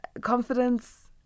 Confidence